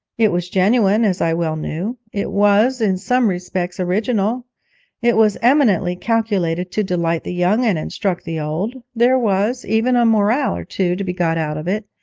it was genuine as i well knew it was, in some respects, original it was eminently calculated to delight the young and instruct the old there was even a moral or two to be got out of it,